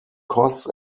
costs